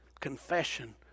confession